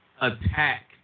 attack